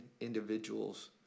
individuals